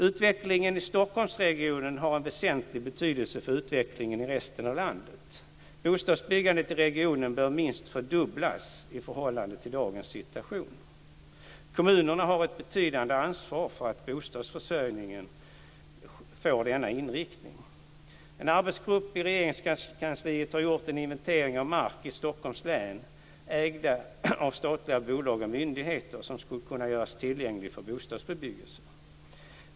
Utvecklingen i Stockholmsregionen har en väsentlig betydelse för utvecklingen i resten av landet. Bostadsbyggandet i regionen bör minst fördubblas i förhållande till dagens situation. Kommunerna har ett betydande ansvar för att bostadsförsörjningen får denna inriktning. En arbetsgrupp i Regeringskansliet har gjort en inventering av mark i Stockholms län, ägd av statliga bolag och myndigheter, som skulle kunna göras tillgänglig för bostadsbebyggelse.